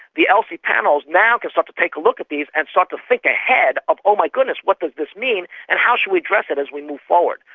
the elsi panels now can start to take a look at these and start to think ahead of, oh my goodness, what does this mean, and how shall we address it as we move forward.